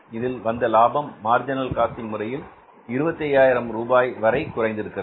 இதில் வந்த லாபம் மார்ஜினல் காஸ்டிங் முறையில் 25000 ரூபாய் வரை குறைந்திருக்கிறது